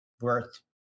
worth